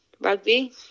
rugby